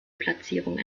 platzierung